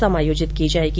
समायोजित की जायेगी